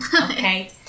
Okay